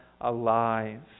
alive